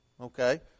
okay